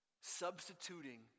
Substituting